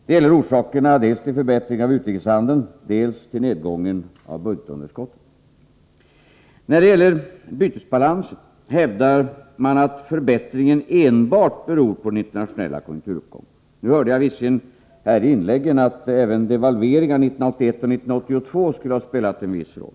Det gäller orsakerna till dels förbättringen av utrikeshandeln, dels nedgången av budgetunderskottet. När det gäller bytesbalansen hävdar de borgerliga att förbättringen enbart beror på den internationella konjunkturuppgången. Jag hörde visserligen i inläggen här att även devalveringarna 1981 och 1982 skulle ha spelat en viss roll.